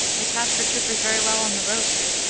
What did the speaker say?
we passed for troopers very well on the road here.